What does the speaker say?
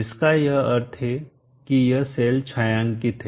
जिसका यह अर्थ है कि यह सेल छायांकित है